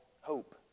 Hope